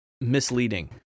misleading